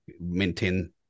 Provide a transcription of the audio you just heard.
maintain